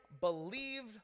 believed